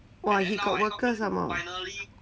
!wah! he got workers somemore